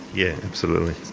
yeah absolutely.